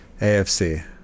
AFC